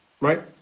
right